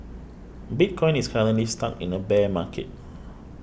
bitcoin is currently stuck in a bear market